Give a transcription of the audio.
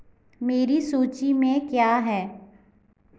मेरी सूची में क्या है